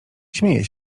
śmieje